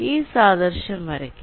ഇനി സാദൃശ്യം വരയ്ക്കാം